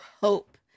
hope